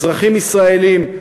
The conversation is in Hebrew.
אזרחים ישראלים,